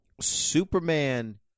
Superman